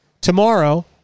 Tomorrow